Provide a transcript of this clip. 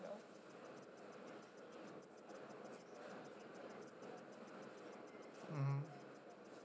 mmhmm